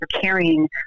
carrying